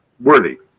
worthy